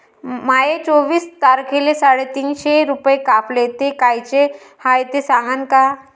माये चोवीस तारखेले साडेतीनशे रूपे कापले, ते कायचे हाय ते सांगान का?